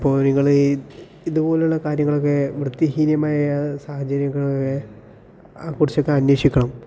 അപ്പോൾ നിങ്ങള് ഈ ഇതുപോലുള്ള കാര്യങ്ങളൊക്കെ വൃത്തിഹീനമായ സാഹചര്യങ്ങളൊക്കെ കുറിച്ചൊക്കെ അന്വേഷിക്കണം